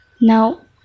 Now